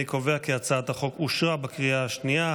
אני קובע כי הצעת החוק אושרה בקריאה השנייה.